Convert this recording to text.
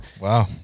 Wow